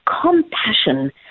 compassion